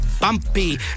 bumpy